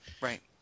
right